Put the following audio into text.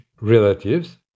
relatives